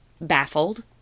baffled